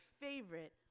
favorite